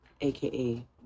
aka